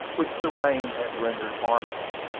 which the rain had rendered harmless.